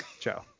Joe